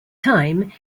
time